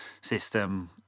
system